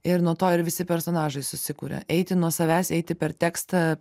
ir nuo to ir visi personažai susikuria eiti nuo savęs eiti per tekstą